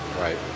Right